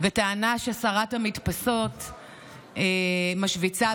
וטענה ששרת המדפסות משוויצה,